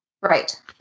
right